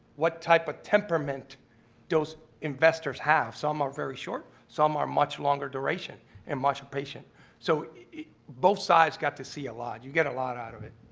what type of temperament those investors have some are very short some are much longer duration and much a patient so both sides got to see a lot you get a lot out of it.